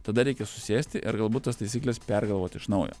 tada reikia susėsti ir galbūt tas taisykles pergalvoti iš naujo